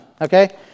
okay